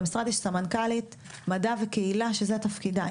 במשרד יש סמנכ"לית מדע וקהילה שזה תפקידה,